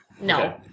No